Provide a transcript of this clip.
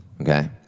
okay